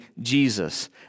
Jesus